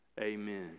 amen